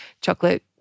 chocolate